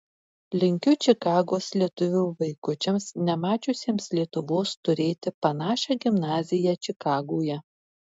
linkiu čikagos lietuvių vaikučiams nemačiusiems lietuvos turėti panašią gimnaziją čikagoje